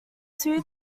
two